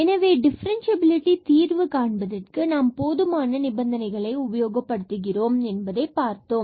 எனவே டிஃபரன்ஸ்சியபிலிடி தீர்வு காண்பதற்கு நாம் போதுமான நிபந்தனைகளை உபயோகப்படுத்துகிறோம் என்பதை பார்த்தோம்